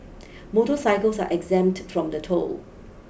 motorcycles are exempt from the toll